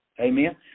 Amen